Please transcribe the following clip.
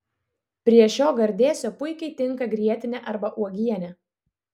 prie šio gardėsio puikiai tinka grietinė arba uogienė